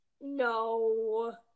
No